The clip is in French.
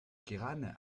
queyranne